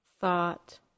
thought